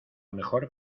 mejor